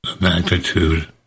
magnitude